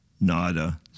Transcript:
nada